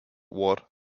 ward